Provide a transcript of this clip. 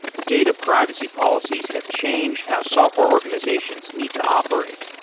data privacy policies have changed how software organizations need to operate.